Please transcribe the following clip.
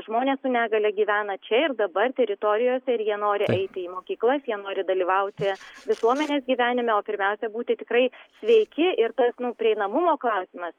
žmonės su negalia gyvena čia ir dabar teritorijoje ir jie nori eiti į mokyklas jie nori dalyvauti visuomenės gyvenime o pirmiausia būti tikrai sveiki ir tas prieinamumo klausimas